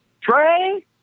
Trey